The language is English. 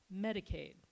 Medicaid